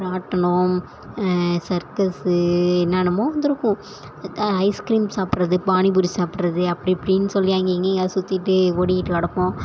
ராட்டனம் circus என்னென்னமோ வந்திருக்கும் ice cream சாப்பிட்றது பானிபூரி சாப்பிட்றது அப்படி இப்படின்னு சொல்லி அங்கேயும் இங்கேயும் எங்கேயாவது சுத்திட்டு ஓடிக்கிட்டு கிடப்போம்